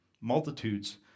multitudes